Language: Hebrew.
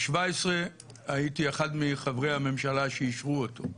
הייתי אחד מחברי הממשלה שאישרו אותו.